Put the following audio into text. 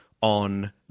on